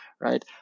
right